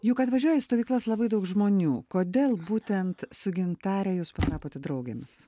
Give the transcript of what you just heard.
juk atvažiuoja į stovyklas labai daug žmonių kodėl būtent su gintare jūs patapote draugėmis